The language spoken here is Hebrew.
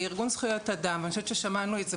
כארגון זכויות אדם ואני חושבת ששמענו את זה